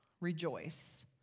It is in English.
Rejoice